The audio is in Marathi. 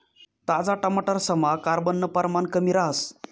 ताजा टमाटरसमा कार्ब नं परमाण कमी रहास